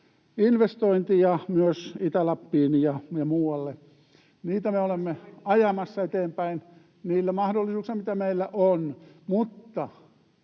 investointi ja myös Itä-Lappiin ja muualle. [Tuomas Kettusen välihuuto] Niitä me olemme ajamassa eteenpäin niillä mahdollisuuksilla, mitä meillä on,